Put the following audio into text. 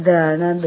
ഇതാണ് അത്